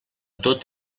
tot